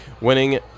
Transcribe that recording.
winning